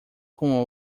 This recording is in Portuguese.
com